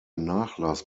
nachlass